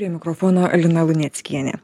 prie mikrofono lina luneckienė